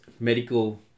Medical